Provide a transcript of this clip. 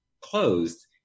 closed